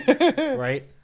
Right